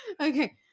Okay